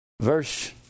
verse